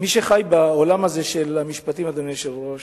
מי שחי בעולם הזה, של המשפטים, אדוני היושב-ראש,